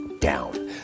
down